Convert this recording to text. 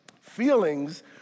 Feelings